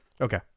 Okay